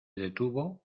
detuvo